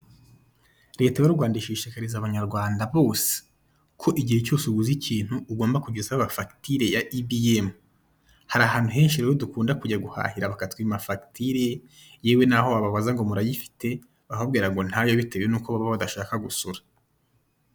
Leta y'u Rwanda ishishikariza abanyarwanda bose ko igihe cyose uguze ikintu ugomba kujya usaba fagitire ya Ibiyemu. Hari ahantu henshi rero dukunda kujya guhahira bakatwima fagitire, yewe naho wababaza ngo murayifite, bakakubwira ngo ntayo bitewe n'uko baba badashaka gusora.